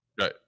Right